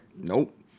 nope